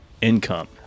income